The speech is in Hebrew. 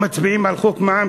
מצביעים על חוק מע"מ.